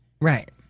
Right